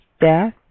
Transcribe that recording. death